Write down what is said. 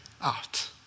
out